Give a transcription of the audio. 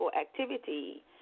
activity